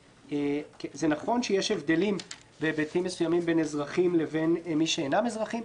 זה נכון שיש הבדלים בהיבטים מסוימים בין אזרחים לבין מי שאינם אזרחים,